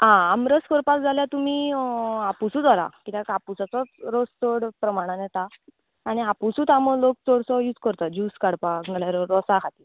आं आमरस करपाक जाल्या तुमी आपुसूच व्हरा किद्याक आपुसाचो रस चड प्रमाणान येता आनी हापुसूच आमो लोक चडसो यूज करता जूस काडपाक नाल्यार रसा हाती